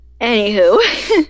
anywho